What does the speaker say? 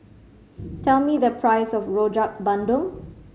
tell me the price of Rojak Bandung